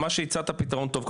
אבל אני חושב שהפתרון הזה הוא טוב,